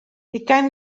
ugain